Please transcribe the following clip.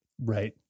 Right